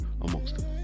amongst